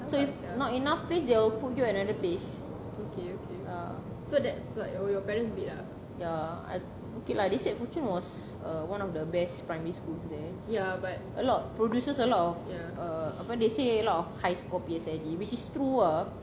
so it's not enough place they'll put you another place ya they said fuchun was uh one of the best primary schools there a lot produces a lot of uh apa they say a lot of high scorpions and which is true ah